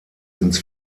ins